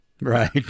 Right